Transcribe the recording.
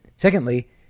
Secondly